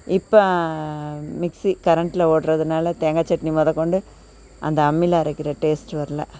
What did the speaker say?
இப்போ மிக்சி கரண்ட்ல ஓட்டுறதுனால தேங்கா சட்னி முதக் கொண்டு அந்த அம்மியில அரைக்கிற டேஸ்ட் வரல